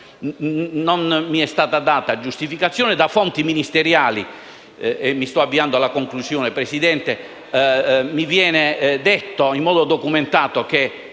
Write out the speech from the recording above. Non mi è stata data una giustificazione. Fonti ministeriali mi hanno detto, in modo documentato, che